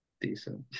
Decent